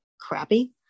crappy